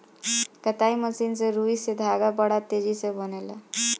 कताई मशीन से रुई से धागा बड़ा तेजी से बनेला